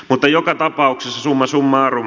mutta joka tapauksessa summa summarum